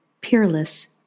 Peerless